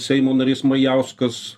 seimo narys majauskas